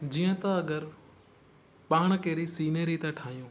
जीअं त अगरि पाणि कहिड़ी सीनेरी था ठाहियूं